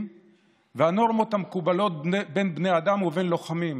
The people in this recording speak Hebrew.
והנורמות המקובלות בין בני אדם ובין לוחמים,